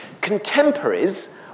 Contemporaries